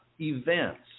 events